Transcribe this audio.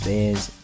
Bears